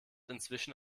inzwischen